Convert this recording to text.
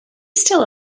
still